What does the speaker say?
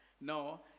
No